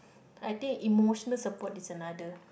I think emotional support is another